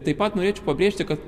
taip pat norėčiau pabrėžti kad